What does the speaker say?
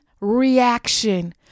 reaction